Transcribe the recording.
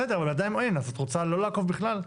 בסדר, אבל עדיין אין, אז את רוצה לא לעקוב בכלל?